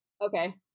Okay